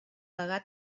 degà